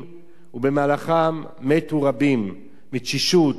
ובמהלכם מתו רבים: מתשישות, מרעב.